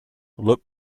look